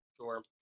Sure